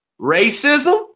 Racism